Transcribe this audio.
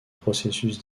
processus